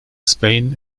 spain